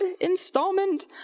installment